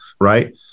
right